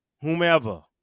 whomever